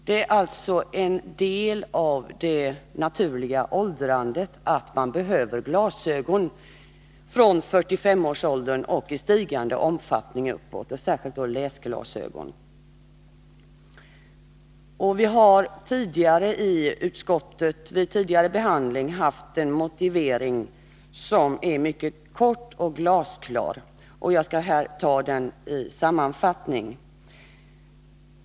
Det är alltså en del av det naturliga åldrandet att man behöver glasögon från 45-årsåldern och i stigande omfattning vid högre ålder, särskilt i fråga om läsglasögon. Vi har vid tidigare behandling i utskottet haft en motivering, som är mycket kort och glasklar, och jag skall här citera den.